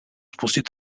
spustit